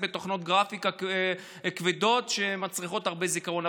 בתוכנות גרפיקה כבדות שמצריכות הרבה זיכרון,